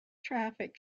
traffic